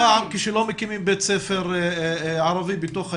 פעם, כשלא מקימים בית ספר ערבי בתוך היישוב.